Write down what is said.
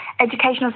educational